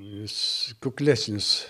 jis kuklesnis